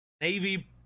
Navy